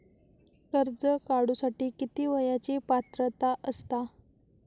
कर्ज काढूसाठी किती वयाची पात्रता असता?